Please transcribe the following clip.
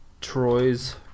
Troy's